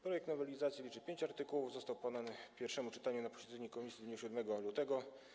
Projekt nowelizacji liczy pięć artykułów, został poddany pod pierwsze czytanie na posiedzeniu komisji dnia 7 lutego.